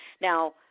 now